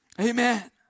Amen